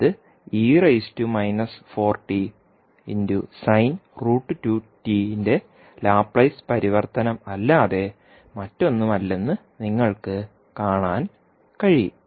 ഇത് ന്റെ ലാപ്ലേസ് പരിവർത്തനമല്ലാതെ മറ്റൊന്നുമല്ലെന്ന് നിങ്ങൾക്ക് കാണാൻ കഴിയും